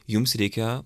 jums reikia